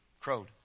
crowed